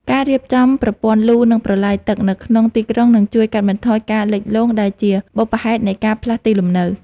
ការរៀបចំប្រព័ន្ធលូ និងប្រឡាយទឹកនៅក្នុងទីក្រុងនឹងជួយកាត់បន្ថយការលិចលង់ដែលជាបុព្វហេតុនៃការផ្លាស់ទីលំនៅ។